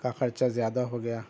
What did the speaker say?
کا خرچہ زیادہ ہو گیا